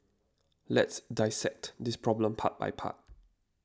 let's dissect this problem part by part